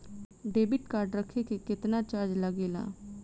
Debit card रखे के केतना चार्ज लगेला?